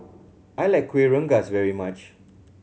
I like Kueh Rengas very much